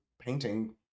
painting